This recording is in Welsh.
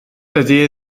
dydy